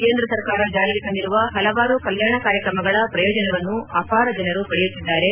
ಕೇಂದ್ರ ಸರ್ಕಾರ ಜಾರಿಗೆ ತಂದಿರುವ ಹಲವಾರು ಕಲ್ಕಾಣ ಕಾರ್ಯಕ್ರಮಗಳ ಪ್ರಯೋಜನವನ್ನು ಅಪಾರ ಜನರು ಪಡೆಯುತ್ತಿದ್ದಾರೆ